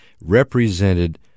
represented